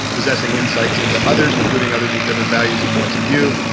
possessing insights into others including others with different values and points of view,